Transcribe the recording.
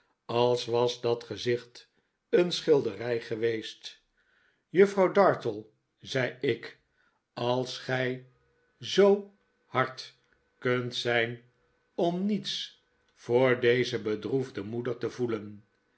als was dat gezicht een schilderij geweest juffrouw dartle zei ik als gij zoo hard kunt zijn om niets voor deze bedroefde moeder te voelen